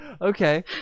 Okay